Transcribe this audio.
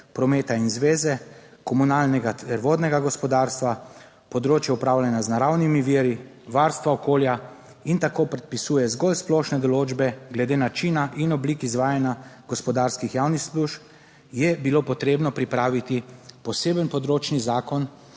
prometa in zveze, komunalnega ter vodnega gospodarstva, področje upravljanja z naravnimi viri, varstva okolja in tako predpisuje zgolj splošne določbe glede načina in oblik izvajanja gospodarskih javnih služb, je bilo potrebno pripraviti poseben področni zakon,